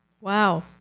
Wow